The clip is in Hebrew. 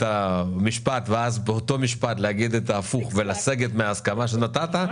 המשפט ובאותו משפט לומר הפוך ולסגת מהסכמה שנתת,